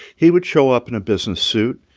he would show up in a business suit.